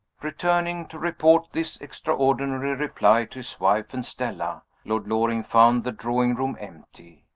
returning to report this extraordinary reply to his wife and stella, lord loring found the drawing-room empty.